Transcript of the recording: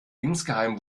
insgeheim